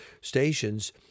stations